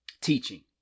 teaching